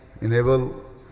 enable